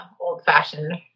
old-fashioned